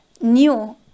new